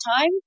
time